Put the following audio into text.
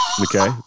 okay